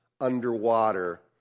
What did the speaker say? underwater